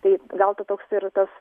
tai gal ta toks ir tas